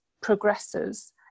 progresses